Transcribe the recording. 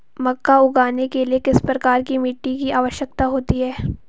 मक्का उगाने के लिए किस प्रकार की मिट्टी की आवश्यकता होती है?